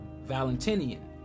Valentinian